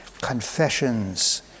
Confessions